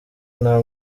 nta